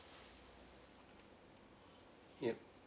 yup